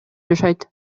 жашайт